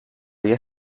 havia